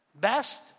Best